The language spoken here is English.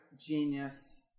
genius